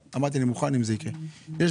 אמרתי שאני מוכן אם זה יקרה כפי שמציעים.